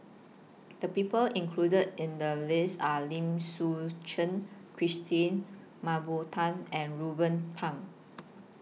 The People included in The list Are Lim Suchen Christine Mah Bow Tan and Ruben Pang